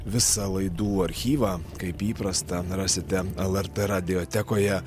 visą laidų archyvą kaip įprasta rasite lrt radiotekoje